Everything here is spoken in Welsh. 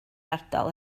ardal